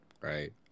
right